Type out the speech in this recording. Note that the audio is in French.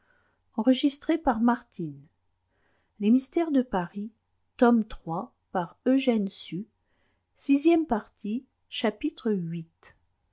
de paris tome iii by eugène sue this